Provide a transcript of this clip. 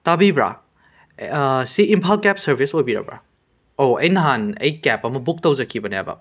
ꯇꯥꯕꯤꯕ꯭ꯔꯥ ꯁꯤ Imphal cab service ꯑꯣꯏꯕꯤꯔꯕ꯭ꯔꯥ ꯑꯧ ꯑꯩ ꯅꯍꯥꯟ ꯑꯩ ꯀꯦꯞ ꯑꯃ ꯕꯨꯛ ꯇꯧꯖꯈꯤꯕꯅꯦꯕ